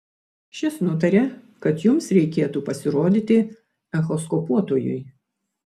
šis nutarė kad jums reikėtų pasirodyti echoskopuotojui